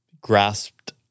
grasped